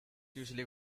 usually